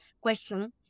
question